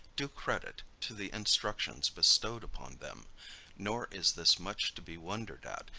do credit to the instructions bestowed upon them nor is this much to be wondered at,